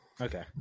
Okay